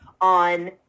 on